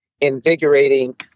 invigorating